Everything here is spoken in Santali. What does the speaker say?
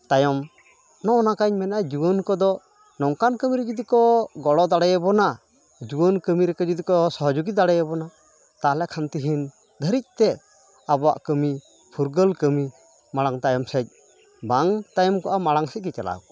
ᱛᱟᱭᱚᱢ ᱱᱚᱜᱼᱚ ᱱᱚᱝᱠᱟᱧ ᱢᱮᱱᱮᱫᱟ ᱡᱩᱣᱟᱹᱱ ᱠᱚᱫᱚ ᱱᱚᱝᱠᱟᱱ ᱠᱟᱹᱢᱤ ᱨᱮ ᱡᱩᱫᱤ ᱠᱚ ᱜᱚᱲᱚ ᱫᱟᱲᱮᱭᱟᱵᱚᱱᱟ ᱡᱩᱣᱟᱹᱱ ᱠᱟᱹᱢᱤ ᱨᱮ ᱡᱩᱫᱤ ᱠᱚ ᱥᱚᱦᱚᱡᱳᱜᱤ ᱫᱟᱲᱮᱭᱟᱵᱚᱱᱟ ᱛᱟᱦᱚᱞᱮ ᱠᱷᱟᱱ ᱛᱤᱦᱤᱧ ᱫᱷᱟᱹᱨᱤᱡ ᱛᱮ ᱟᱵᱚᱣᱟᱜ ᱠᱟᱹᱢᱤ ᱯᱷᱩᱨᱜᱟᱹᱞ ᱠᱟᱹᱢᱤ ᱢᱟᱲᱟᱝ ᱛᱟᱭᱚᱢ ᱥᱮᱫ ᱵᱟᱝ ᱛᱟᱭᱚᱢ ᱠᱚᱜᱼᱟ ᱢᱟᱲᱟᱝ ᱥᱮᱫ ᱜᱮ ᱪᱟᱞᱟᱣ ᱠᱚᱜᱼᱟ